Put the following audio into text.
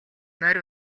морь